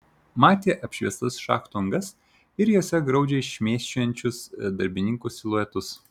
matė apšviestas šachtų angas ir jose graudžiai šmėsčiojančius darbininkų siluetus